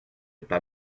pas